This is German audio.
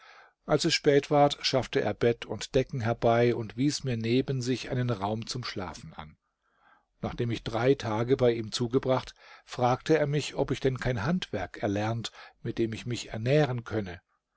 als es spät ward schaffte er bett und decken herbei und wies mir neben sich einen raum zum schlafen an nachdem ich drei tage bei ihm zugebracht fragte er mich ob ich denn kein handwerk erlernt mit dem ich mich ernähren könne